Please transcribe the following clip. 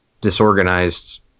disorganized